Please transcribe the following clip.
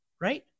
Right